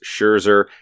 Scherzer